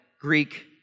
Greek